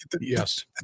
Yes